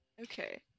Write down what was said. okay